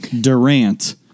Durant